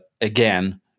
again